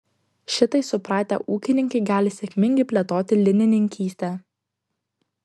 šitai supratę ūkininkai gali sėkmingai plėtoti linininkystę